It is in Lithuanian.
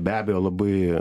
be abejo labai